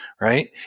right